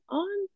on